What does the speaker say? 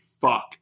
fuck